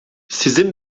sizin